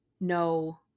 no